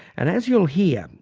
and as you'll hear,